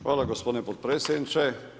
Hvala gospodine potpredsjedniče.